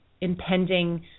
impending